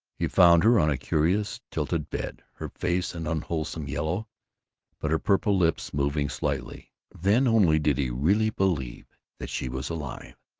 he found her on a curious tilted bed, her face an unwholesome yellow but her purple lips moving slightly. then only did he really believe that she was alive.